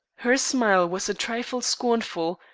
her smile was a trifle scornful,